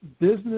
business